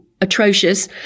atrocious